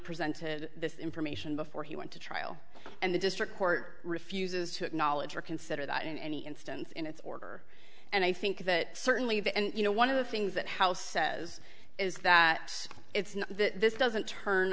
presented this information before he went to trial and the district court refuses to acknowledge or consider that in any instance in its order and i think that certainly that and you know one of the things that house says is that it's not that this doesn't turn